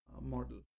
model